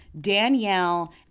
Danielle